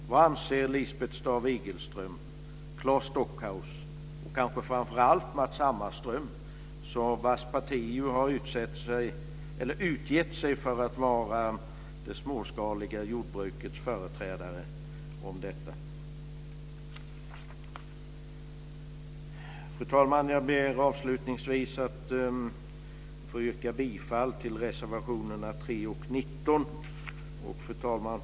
Vad anser Lisbeth Staaf-Igelström, Claes Stockhaus och kanske framför allt Matz Hammarström, vars parti ju har utgett sig för att vara det småskaliga jordbrukets företrädare, om detta? Fru talman! Jag ber avslutningsvis att få yrka bifall till reservationerna 3 och 19. Fru talman!